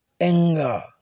Anger